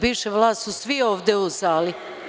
Bivša vlast su svi ovde u sali.